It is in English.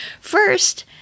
First